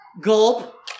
Gulp